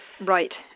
right